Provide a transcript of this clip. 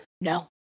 no